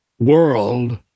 World